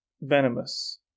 venomous